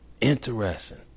Interesting